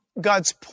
God's